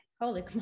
Holy